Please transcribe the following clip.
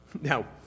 Now